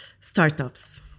startups